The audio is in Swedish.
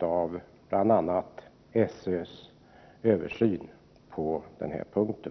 av bl.a. SÖ:s översyn på denna punkt.